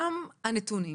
גם הנתונים,